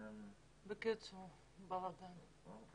בקיצור, בלגן.